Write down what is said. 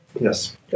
Yes